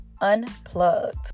unplugged